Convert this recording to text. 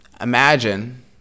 imagine